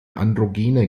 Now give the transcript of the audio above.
androgene